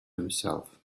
himself